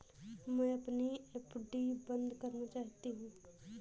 मैं अपनी एफ.डी बंद करना चाहती हूँ